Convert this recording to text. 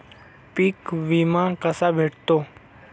पीक विमा कसा भेटतो?